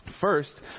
First